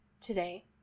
today